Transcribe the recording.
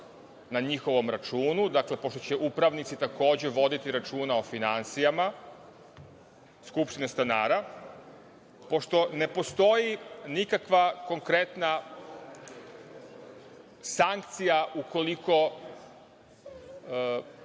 na njihovom računu. Dakle, pošto će upravnici, takođe voditi računa o finansijama skupštine stanara, pošto ne postoji nikakva konkretna sankcija, ukoliko